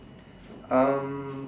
um